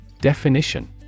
Definition